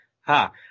ha